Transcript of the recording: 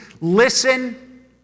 listen